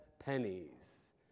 pennies